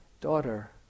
daughter